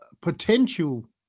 potential